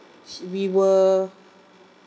sh~ we were